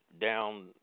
down